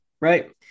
right